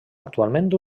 actualment